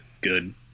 good